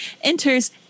enters